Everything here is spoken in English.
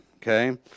Okay